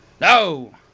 No